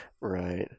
right